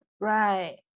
Right